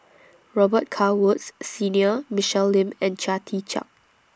Robet Carr Woods Senior Michelle Lim and Chia Tee Chiak